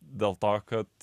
dėl to kad